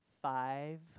five